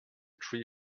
tree